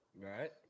right